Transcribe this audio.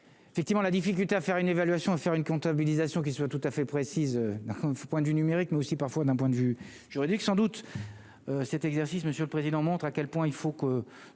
effectivement la difficulté à faire une évaluation à faire une comptabilisation qui soit tout à fait précise point du numérique, mais aussi, parfois, d'un point de vue juridique sans doute cet exercice, monsieur le président, montre à quel point il faut que